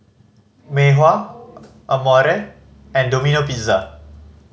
Mei Hua Amore and Domino Pizza